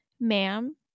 ma'am